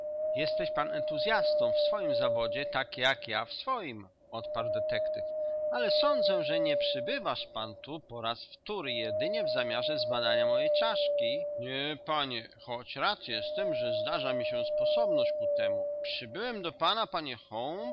jesteś pan entuzyastą w swoim zawodzie tak jak ja w swoim odparł detektyw ale sądzę że nie przybywasz pan tu po raz wtóry jedynie w zamiarze zbadania mojej czaszki nie panie choć rad jestem że zdarza mi się sposobność ku temu przybyłem do pana panie